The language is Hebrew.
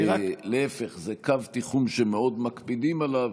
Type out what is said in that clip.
אני רק, להפך, זה קו תיחום שמאוד מקפידים עליו,